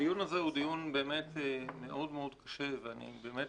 הדיון הזה הוא דיון באמת מאוד מאוד קשה ואני באמת